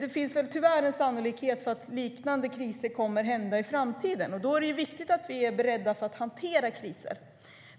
Det finns tyvärr en sannolikhet för att liknande kriser kommer att inträffa i framtiden, och då är det viktigt att vi är beredda inför krishanteringen.